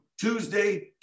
Tuesday